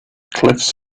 cliffs